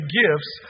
gifts